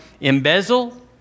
embezzle